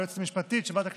היועצת המשפטית של ועדת הכנסת,